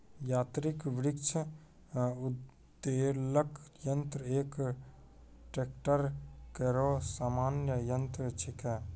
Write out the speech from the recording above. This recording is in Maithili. यांत्रिक वृक्ष उद्वेलक यंत्र एक ट्रेक्टर केरो सामान्य यंत्र छिकै